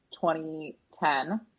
2010